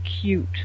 cute